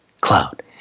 cloud